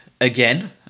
again